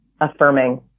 affirming